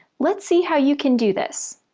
let's see how you can do this.